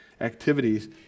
activities